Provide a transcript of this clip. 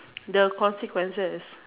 the consequences